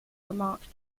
remarked